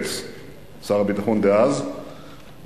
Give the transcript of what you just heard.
שר הביטחון דאז עמיר פרץ,